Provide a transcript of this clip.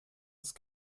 ist